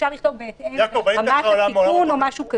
אפשר לכתוב: בהתאם לרמת הסיכון, או משהו כזה.